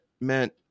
meant